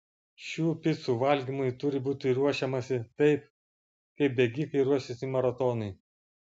šių picų valgymui turi būti ruošiamasi taip kaip bėgikai ruošiasi maratonui